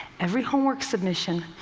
every homework submission,